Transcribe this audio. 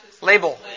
Label